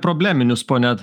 probleminius pone